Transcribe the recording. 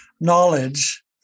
knowledge